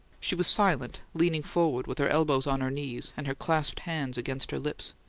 she was silent, leaning forward, with her elbows on her knees and her clasped hands against her lips.